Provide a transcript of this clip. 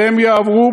והם יעברו,